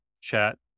chat